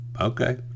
Okay